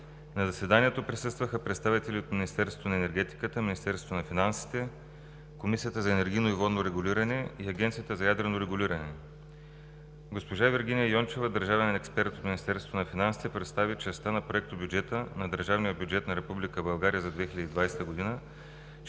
На заседанието присъстваха представители от Министерството на енергетика, Министерството на финансите, Комисията за енергийно и водно регулиране и Агенцията за ядрено регулиране. Госпожа Вергиния Йончева – държавен експерт от Министерството на финансите представи частта на проектобюджета на държавния бюджет на Република